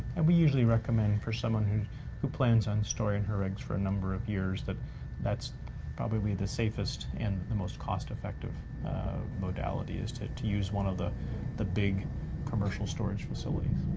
and we usually recommend, for someone who who plans on storing her eggs for a number of years, that that's probably the safest and the most cost-effective modality, is to to use one of the the big commercial storage facilities.